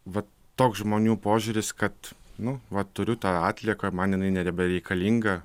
va toks žmonių požiūris kad nu va turiu tą atlieką man jinai nebereikalinga